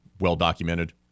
Well-documented